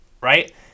right